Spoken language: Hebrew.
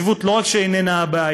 ההתיישבות לא רק שאיננה הבעיה,